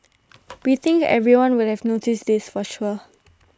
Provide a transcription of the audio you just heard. we think everyone would have noticed this for sure